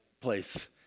Place